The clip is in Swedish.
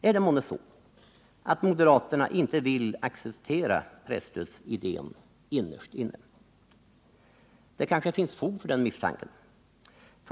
Är det månne så att moderaterna innerst inne inte vill acceptera presstödsidén? Det kanske finns fog för den misstanken.